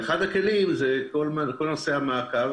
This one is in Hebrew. ואחד הכלים לזה הוא נושא המעקב.